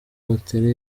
batera